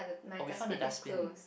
oh we found a dustbin